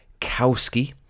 Kowski